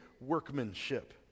workmanship